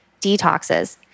detoxes